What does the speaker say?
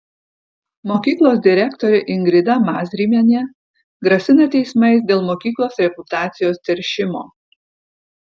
mokyklos direktorė ingrida mazrimienė grasina teismais dėl mokyklos reputacijos teršimo